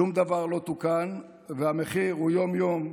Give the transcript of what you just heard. שום דבר לא תוקן, והמחיר הוא יום-יום,